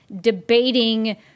debating